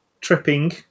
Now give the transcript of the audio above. tripping